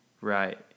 Right